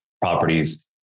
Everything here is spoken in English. properties